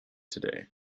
today